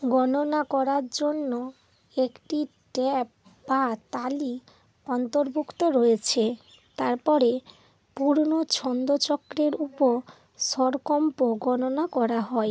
গণনা করার জন্য একটি ট্যাপ বা তালি অন্তর্ভুক্ত রয়েছে তারপরে পূর্ণ ছন্দ চক্রের উপর স্বরকম্প গণনা করা হয়